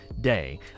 day